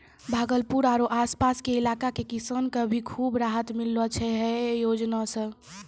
भागलपुर आरो आस पास के इलाका के किसान कॅ भी खूब राहत मिललो छै है योजना सॅ